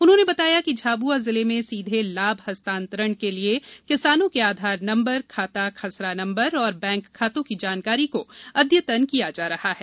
उन्होंने बताया कि झाबुआ जिले में सीधे लाभ हस्तांतरण के लिए किसानों के आधार नंबर खाता खसरा नंबर और बैंक खातों की जानकारी को अद्यतन किया जा रहा है